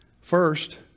First